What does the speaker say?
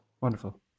Wonderful